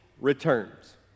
returns